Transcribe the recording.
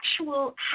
actual